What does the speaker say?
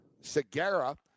Segura